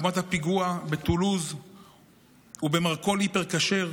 דוגמת הפיגוע בטולוז ובמרכול היפר כשר,